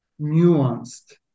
nuanced